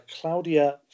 Claudia